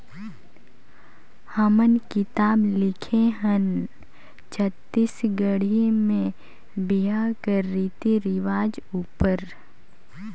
हमन किताब लिखे हन छत्तीसगढ़ी में बिहा कर रीति रिवाज उपर